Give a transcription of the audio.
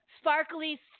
sparkly